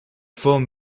form